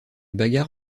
bagarre